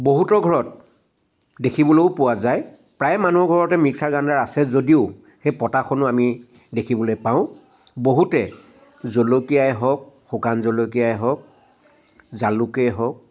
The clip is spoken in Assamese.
বহুতৰ ঘৰত দেখিবলৈও পোৱা যায় প্ৰায় মানুহৰ ঘৰতে মিক্সাৰ গ্ৰাইণ্ডাৰ আছে যদিও সেই পতাখনো আমি দেখিবলৈ পাওঁ বহুতে জলকীয়াই হওক শুকান জলকীয়াই হওক জালুকেই হওক